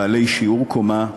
בעלי שיעור קומה,